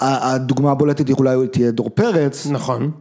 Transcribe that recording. ‫הדוגמה הבולטת ‫היא אולי תהיה דור פרץ. ‫-נכון.